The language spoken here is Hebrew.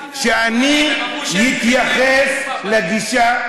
איך אתה רוצה שאני אתייחס לגישה,